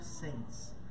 saints